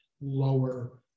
lower